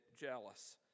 jealous